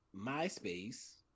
MySpace